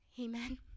amen